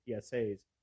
PSA's